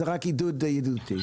זה רק עידוד ידידותי.